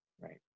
Right